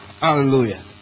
Hallelujah